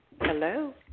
Hello